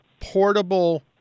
portable